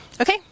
Okay